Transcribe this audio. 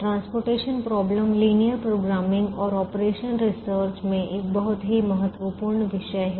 रैखिक क्रमादेशन और संचालन अनुसंधान में परिवहन समस्या में एक बहुत ही महत्वपूर्ण विषय है